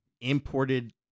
imported